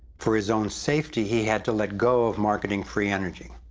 for his own safety he had to let go of marketing free energy